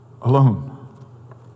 alone